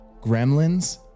Gremlins